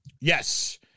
Yes